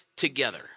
together